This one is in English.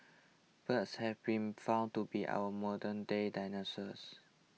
birds have been found to be our modernday dinosaurs